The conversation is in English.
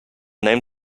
name